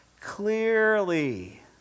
clearly